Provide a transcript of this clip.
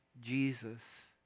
Jesus